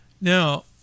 now